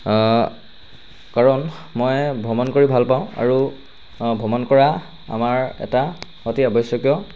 কাৰণ মই ভ্ৰমণ কৰি ভাল পাওঁ আৰু ভ্ৰমণ কৰা আমাৰ এটা অতি আৱশ্যকীয়